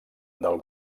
del